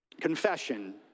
confession